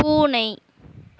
பூனை